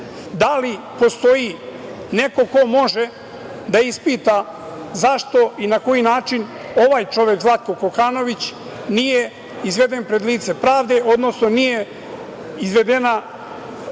li postoji neko ko može da ispita zašto i na koji način ovaj čovek, Zlatko Kokanović, nije izveden pred lice pravde, odnosno nije izvedena